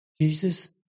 Jesus